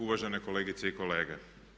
Uvažene kolegice i kolege.